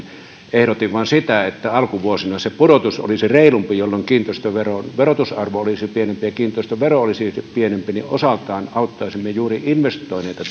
ehdotin vain sitä että alkuvuosina se pudotus olisi reilumpi jolloin kiinteistöveron verotusarvo olisi pienempi ja kiinteistövero olisi pienempi jolloin osaltaan auttaisimme juuri investoineita